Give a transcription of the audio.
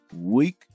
week